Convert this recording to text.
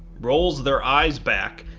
rolls their eyes back,